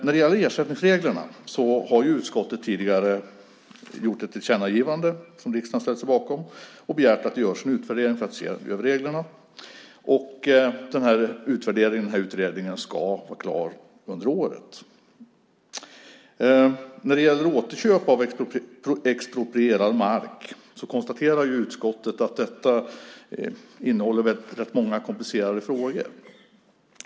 När det gäller ersättningsreglerna har utskottet tidigare gjort ett tillkännagivande, som riksdagen ställt sig bakom, och begärt att det görs en utvärdering för att se över reglerna. Utvärderingen, utredningen, ska vara klar under året. Utskottet konstaterar att återköp av exproprierad mark innebär rätt många komplicerade frågor.